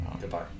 Goodbye